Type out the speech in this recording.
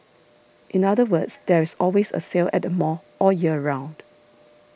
in other words there is always a sale at the mall all year round